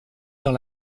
dans